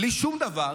בלי שום דבר,